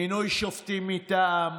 מינוי שופטים מטעם.